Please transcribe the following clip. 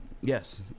Yes